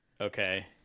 Okay